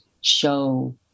show